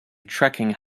trekking